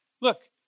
Look